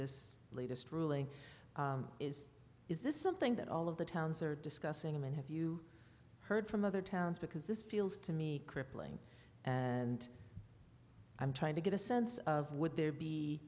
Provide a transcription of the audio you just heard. this latest ruling is is this something that all of the towns are discussing i mean have you heard from other towns because this feels to me crippling and i'm trying to get a sense of would there be